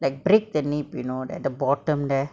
like break the nape like the bottom there